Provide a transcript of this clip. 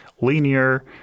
linear